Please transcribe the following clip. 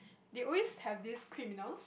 they always have these criminals